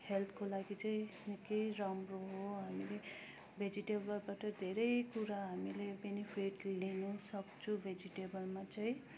हेल्थको लागि चाहिँ निकै राम्रो हो हामीले भेजिटेबलबाट धेरै कुरा हामीले बेनिफिट लिनुसक्छु भेजिटेबलमा चाहिँ